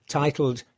titled